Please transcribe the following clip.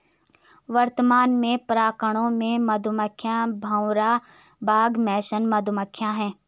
वर्तमान में परागणकों में मधुमक्खियां, भौरा, बाग मेसन मधुमक्खियाँ है